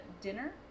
dinner